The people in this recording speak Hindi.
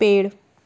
पेड़